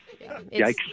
Yikes